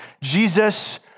Jesus